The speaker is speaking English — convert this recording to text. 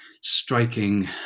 striking